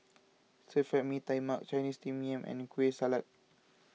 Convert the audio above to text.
Stir Fried Mee Tai Mak Chinese Steamed Yam and Kueh Salat